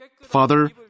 Father